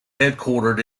headquartered